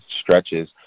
stretches